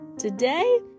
Today